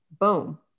boom